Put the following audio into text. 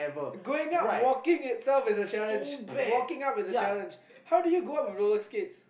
going up walking itself is a challenge walking up is a challenge how did you go up with roller skates